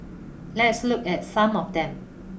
let's look at some of them